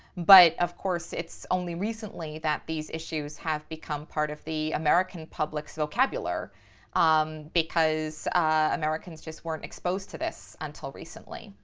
but of course, it's only recently that these issues have become part of the american public's vocabular um because americans just weren't exposed to this until recently.